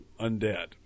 undead